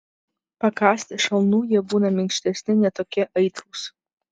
pakąsti šalnų jie būna minkštesni ne tokie aitrūs